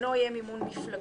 מימון מפלגות.